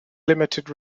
limited